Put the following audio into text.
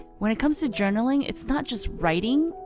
when it comes to journaling, it's not just writing,